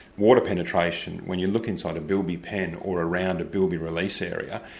water penetration when you look inside a bilby pen or around a bilby release area,